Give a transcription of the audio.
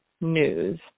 news